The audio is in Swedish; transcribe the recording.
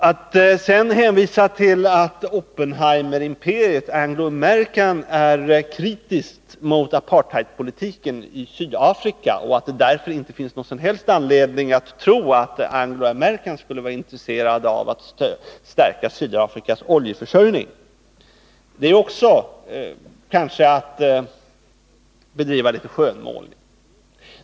Att sedan hänvisa till att Oppenheimerimperiet Anglo-American är kritiskt mot apartheidpolitiken i Sydafrika och att det därför inte finns någon som helst anledning att tro att Anglo-American skulle vara intresserat av att stärka Sydafrikas oljeförsörjning är också en skönmålning.